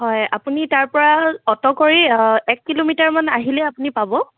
হয় আপুনি তাৰপৰা অট' কৰি এক কিলোমিটাৰমান আহিলে আপুনি পাব